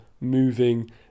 moving